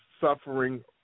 suffering